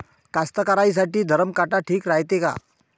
कास्तकाराइसाठी धरम काटा ठीक रायते का?